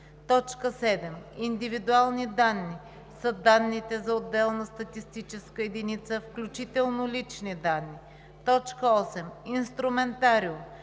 7. „Индивидуални данни“ са данните за отделна статистическа единица, включително лични данни. 8. „Инструментариум“